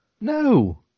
No